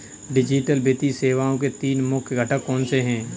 digital वित्तीय सेवाओं के तीन मुख्य घटक कौनसे हैं